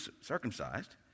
circumcised